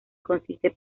consiste